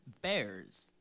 bears